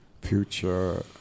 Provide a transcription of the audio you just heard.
future